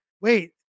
wait